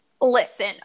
Listen